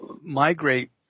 migrate